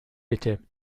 bitte